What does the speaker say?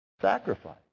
Sacrifice